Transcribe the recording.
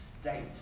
state